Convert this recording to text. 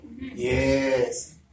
Yes